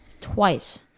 twice